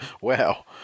Wow